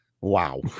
Wow